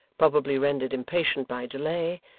probably rendered impatient by delay,